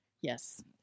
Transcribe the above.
Yes